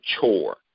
chore